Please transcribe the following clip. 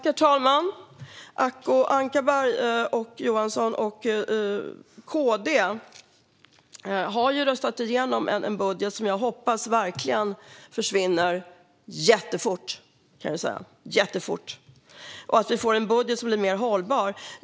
Herr talman! Acko Ankarberg Johansson och KD har röstat igenom en budget som jag verkligen hoppas försvinner jättefort så att vi får en budget som är mer hållbar.